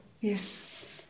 yes